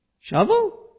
Shovel